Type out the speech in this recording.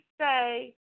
say